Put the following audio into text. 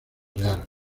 real